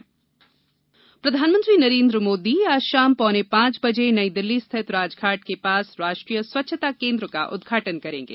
PM स्वच्छताकेन्द्र प्रधानमंत्री नरेन्द्र मोदी आज शाम पौने पांच बजे नई दिल्ली स्थित राजघाट के पास राष्ट्रीय स्वच्छता केन्द्र का उद्घाटन करेंगे